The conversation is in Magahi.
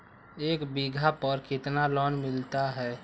एक बीघा पर कितना लोन मिलता है?